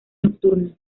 nocturna